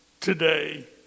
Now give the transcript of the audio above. today